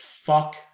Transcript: Fuck